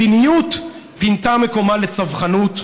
מדיניות פינתה מקומה לצווחנות,